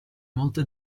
molte